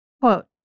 Quote